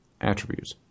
attributes